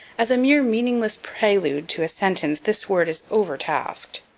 as a mere meaningless prelude to a sentence this word is overtasked.